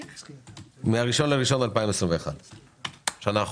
כן, מ-1.1.21, שנה אחורה.